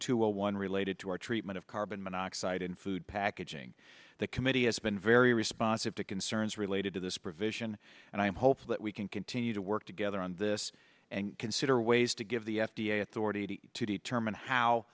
zero one related to our treatment of carbon monoxide in food packaging the committee has been very responsive to concerns related to this provision and i am hopeful that we can continue to work together on this and consider ways to give the f d a authority to determine how